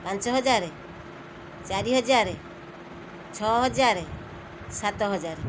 ପାଞ୍ଚହଜାର ଚାରିହଜାର ଛଅହଜାର ସାତହଜାର